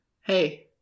Hey